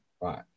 Right